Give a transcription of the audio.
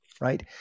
right